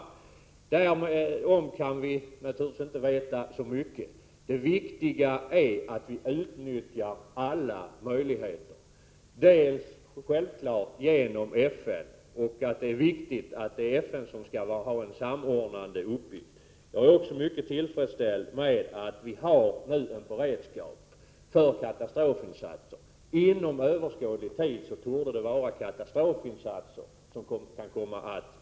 Men därom kan vi naturligtvis inte veta särskilt mycket. Det viktiga är att vi utnyttjar alla möjligheter — självfallet då bl.a. genom FN. Det är viktigt att det är FN som har en samordnande uppgift. Jag är mycket tillfredsställd med att vi nu har en beredskap för katastrofinsatser. Inom överskådlig tid torde det behövas sådana.